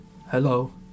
Hello